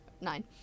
Nine